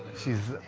she's.